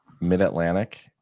mid-atlantic